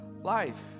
life